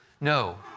No